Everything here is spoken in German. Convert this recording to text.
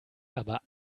aber